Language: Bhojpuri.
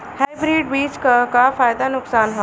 हाइब्रिड बीज क का फायदा नुकसान ह?